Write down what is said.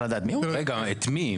רגע, את מי?